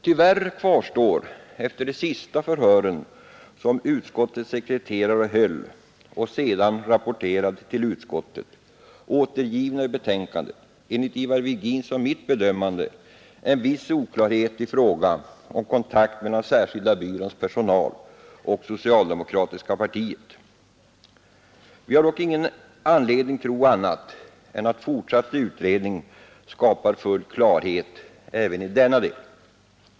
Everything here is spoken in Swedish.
Tyvärr kvarstår efter de sista förhören som utskottets sekreterare höll och sedan rapporterade till utskottet, återgivna i betänkandet, enligt Ivar Virgins och mitt bedömande en viss oklarhet i fråga om kontakt mellan särskilda byråns personal och socialdemokratiska partiet. Vi har dock icke anledning tro annat än att fortsatt utredning skapar full klarhet även i denna del.